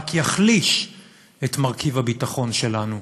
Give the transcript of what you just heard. רק יחליש את מרכיב הביטחון שלנו.